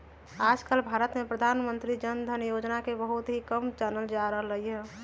आजकल भारत में प्रधानमंत्री जन धन योजना के बहुत ही कम जानल जा रहले है